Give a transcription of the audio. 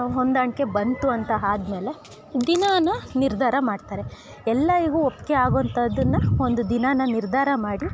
ಹೊಂದಾಣಿಕೆ ಬಂತು ಅಂತ ಆದ್ಮೇಲೆ ದಿನಾನ ನಿರ್ಧಾರ ಮಾಡ್ತಾರೆ ಎಲ್ಲರಿಗು ಒಪ್ಗೆ ಆಗೋಂಥಾದುನ್ನ ಒಂದು ದಿನಾನ ನಿರ್ಧಾರ ಮಾಡಿ